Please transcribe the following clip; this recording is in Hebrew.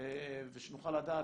ושנוכל לדעת,